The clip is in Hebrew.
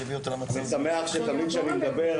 אני שמח שתמיד כשאני מדבר,